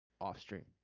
off-stream